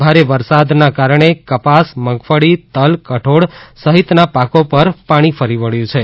ભારે વરસાદના કારણે કપાસ મગફળી તલ કઠોળ સહિતના પાકો પર પાણી ફરી વબ્યું છે